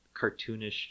cartoonish